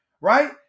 right